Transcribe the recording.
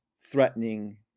threatening